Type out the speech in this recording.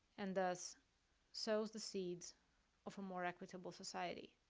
and thus sows the seeds of a more equitable society.